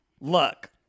Look